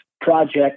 project